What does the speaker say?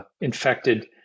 infected